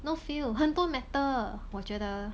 no feel 很多 metal 我觉得